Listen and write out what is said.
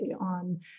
on